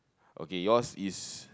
okay yours is